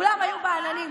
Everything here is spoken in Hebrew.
כולם היו בעננים,